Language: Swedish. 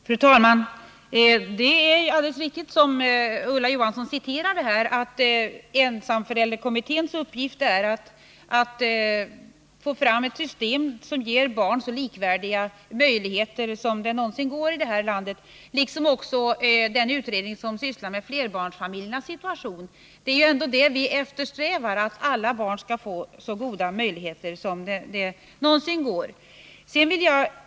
Fru talman! Det är alldeles riktigt som Ulla Johansson citerade här, att ensamförälderkommitténs uppgift är att skapa ett system som ger barn så likvärdiga möjligheter som det någonsin går att åstadkomma i detta land. Detsamma gäller den utredning som sysslar med flerbarnsfamiljernas situation. Vi eftersträvar alltså att skapa likvärdiga förutsättningar för barn.